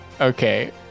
Okay